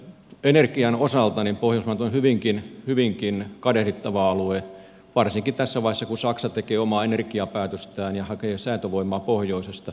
energian osalta pohjoismaat ovat hyvinkin kadehdittava alue varsinkin tässä vaiheessa kun saksa tekee omaa energiapäätöstään ja hakee säätövoimaa pohjoisesta